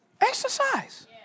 Exercise